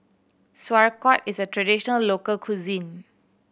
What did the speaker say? sauerkraut is a traditional local cuisine